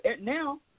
Now